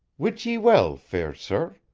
wit ye well, fair sir.